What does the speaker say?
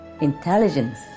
Intelligence